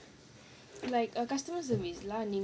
like err customer service lah like you know you you are stay